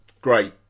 great